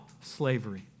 slavery